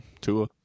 Tua